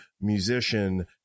musician